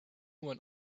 when